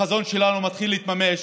החזון שלנו מתחיל להתממש,